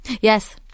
yes